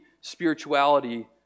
spirituality